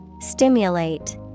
Stimulate